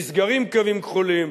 נסגרים קווים כחולים,